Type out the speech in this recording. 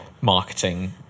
marketing